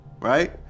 Right